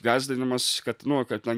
gąsdinimas kad nu kad ten